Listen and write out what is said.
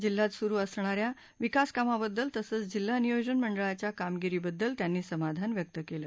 जिल्हयात सुरू असणाऱ्या विकास कामांबद्दल तसंच जिल्हा नियोजन मंडळाच्या कामगिरीबद्दल त्यांनी समाधान व्यक्त केलं